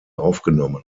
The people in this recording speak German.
aufgenommen